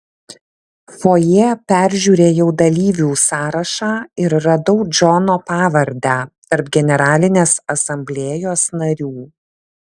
fojė peržiūrėjau dalyvių sąrašą ir radau džono pavardę tarp generalinės asamblėjos narių